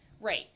right